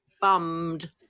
Bummed